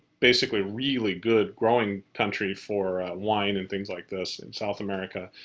basically, really good growing country for wine and things like this in south america.